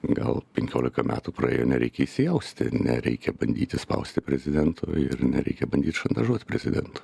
gal penkiolika metų praėjo nereikia įsijausti nereikia bandyti spausti prezidento ir nereikia bandyt šantažuot prezidentą